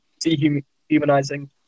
dehumanizing